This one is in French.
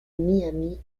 miami